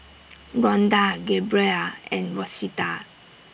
Ronda Gabriella and Rosita